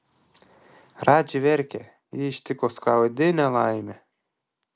radži verkia jį ištiko skaudi nelaimė